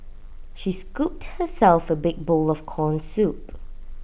she scooped herself A big bowl of Corn Soup